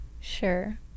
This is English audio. Sure